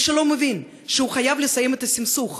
מי שלא מבין שהוא חייב לסיים את הסכסוך